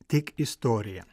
tik istorija